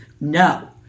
no